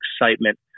excitement